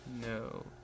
No